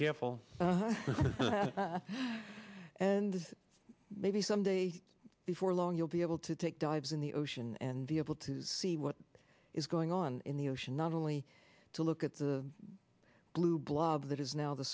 careful and maybe some day before long you'll be able to take dives in the ocean and be able to see what is going on in the ocean not only to look at the blue blob that is now the